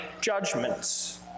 judgments